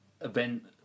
event